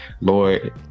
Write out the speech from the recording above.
Lord